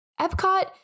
Epcot